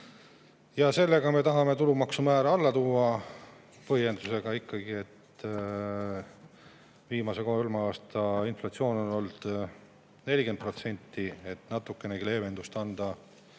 Ja sellega me tahame tulumaksumäära alla tuua, põhjendusega, et viimase kolme aasta inflatsioon on olnud ikkagi 40%. Et natukenegi leevendust anda